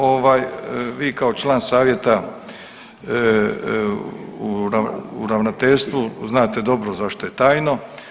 Ovaj vi kao član savjeta u ravnateljstvu znate dobro zašto je tajno.